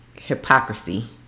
hypocrisy